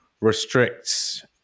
restricts